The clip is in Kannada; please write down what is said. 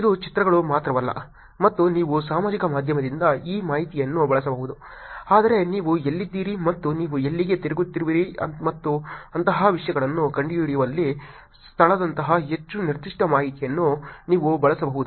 ಇದು ಚಿತ್ರಗಳು ಮಾತ್ರವಲ್ಲ ಮತ್ತು ನೀವು ಸಾಮಾಜಿಕ ಮಾಧ್ಯಮದಿಂದ ಈ ಮಾಹಿತಿಯನ್ನು ಬಳಸಬಹುದು ಆದರೆ ನೀವು ಎಲ್ಲಿದ್ದೀರಿ ಮತ್ತು ನೀವು ಎಲ್ಲಿಗೆ ತಿರುಗುತ್ತಿರುವಿರಿ ಮತ್ತು ಅಂತಹ ವಿಷಯಗಳನ್ನು ಕಂಡುಹಿಡಿಯಲು ಸ್ಥಳದಂತಹ ಹೆಚ್ಚು ನಿರ್ದಿಷ್ಟ ಮಾಹಿತಿಯನ್ನು ನೀವು ಬಳಸಬಹುದು